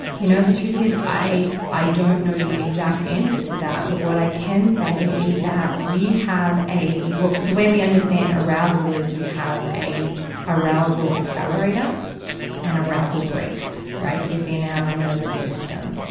you know, the truth is, i, i don't know the exact answer to that. but what i can say is that we have a the way we understand arousal is we have a arousal accelerator and arousal brakes, right, within our nervous system.